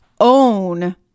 own